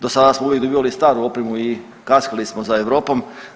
Dosada smo uvijek dobivali staru opremu i kaskali smo za Europom.